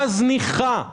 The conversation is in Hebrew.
מזניחה,